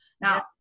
Now